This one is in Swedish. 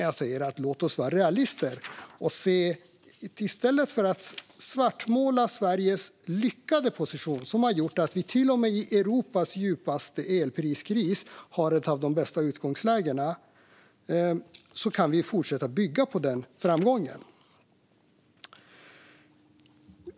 Jag säger: Låt oss vara realister och i stället för att svartmåla Sveriges lyckade position, som har gjort att vi till och med i Europas djupaste elpriskris har ett av de bästa utgångslägena, fortsätta att bygga på den framgången.